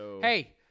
Hey